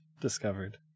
discovered